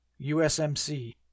USMC